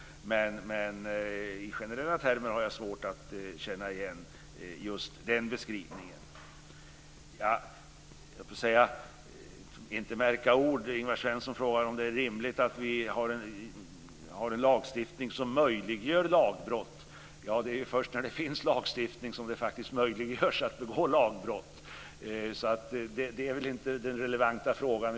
Men i generella termer har jag svårt att känna igen just den beskrivningen. Jag ska inte märka ord, men Ingvar Svensson frågar om det är rimligt att vi har en lagstiftning som möjliggör lagbrott. Det är ju först när det finns lagstiftning som det faktiskt blir möjligt att begå lagbrott, så det är väl inte den relevanta frågan.